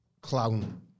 clown